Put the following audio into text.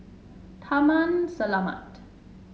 Taman Selamat